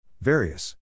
Various